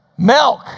Milk